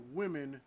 women